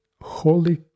Holy